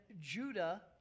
Judah